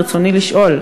ברצוני לשאול: